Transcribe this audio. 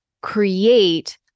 create